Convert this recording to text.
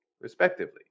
respectively